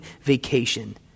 vacation